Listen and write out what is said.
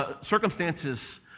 circumstances